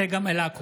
נגד צגה מלקו,